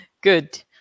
Good